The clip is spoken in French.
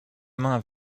main